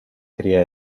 tria